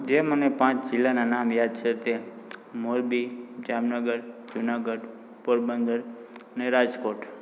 જે મને પાંચ જિલ્લાનાં નામ યાદ છે તે મોરબી જામનગર જુનાગઢ પોરબંદર અને રાજકોટ